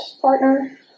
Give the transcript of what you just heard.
partner